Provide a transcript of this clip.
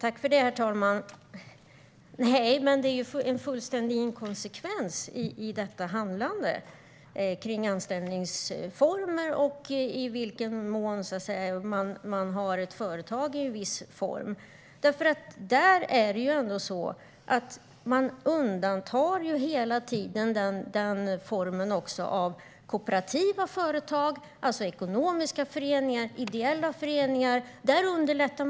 Herr talman! Nej, men det är en fullständig inkonsekvens i detta handlande kring anställningsformer och i vilken mån man har en viss form av företag. Man undantar hela tiden kooperativa företag, det vill säga ekonomiska föreningar och ideella föreningar.